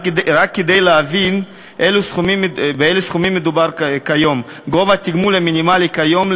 רק כדי להבין על אילו סכומים מדובר כיום: גובה התגמול המינימלי כיום,